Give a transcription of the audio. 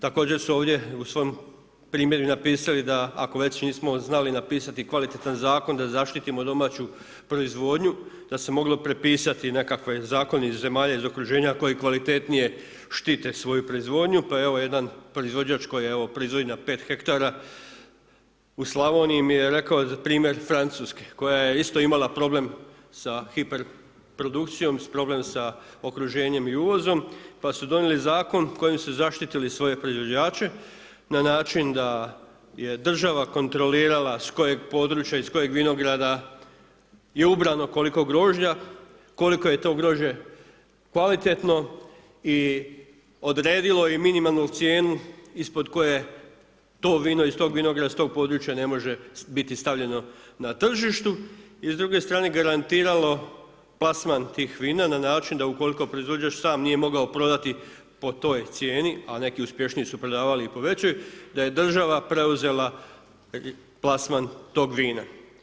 Također se ovdje u svom primjeru napisali ako već nismo znali napisati kvalitetan Zakon da zaštitimo domaću proizvodnju, da se moglo prepisati nekakav zakon iz zemalja iz okruženja koji kvalitetnije štite svoju proizvodnju, pa evo, jedan proizvođač koji evo, proizvodi na 5 hektara u Slavoniji mi je rekao primjer Francuske koja je isto imala problem sa hiperprodukcijom, problem sa okruženjem i uvozom pa su donijeli zakon kojim su zaštitili svoje proizvođače na način da je država kontrolirala s kojeg područja, iz kojeg vinograda je ubrano koliko grožđa, koliko je to grožđe kvalitetno i odredilo je minimalnu cijenu ispod koje to vino iz tog vinograda, s tog područja ne može biti stavljeno na tržištu i s druge strane, garantiralo plasman tih vina na način da ukoliko proizvođač sam nije mogao prodati po toj cijeni, a neki uspješniji su prodavali i po većoj, da je država preuzela plasman tog vina.